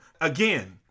Again